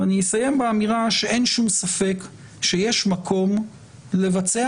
אני אסיים באמירה שאין שום ספק שיש מקום לבצע